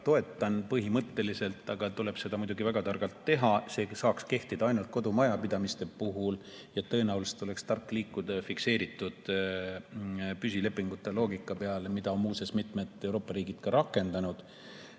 toetan põhimõtteliselt, aga seda tuleb muidugi väga targalt teha. See saaks kehtida ainult kodumajapidamiste puhul ja tõenäoliselt oleks tark liikuda fikseeritud püsilepingute loogika peale, mida on muuseas mitmed Euroopa riigid rakendanud.